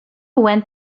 went